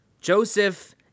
Joseph